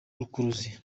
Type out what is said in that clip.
rukuruzi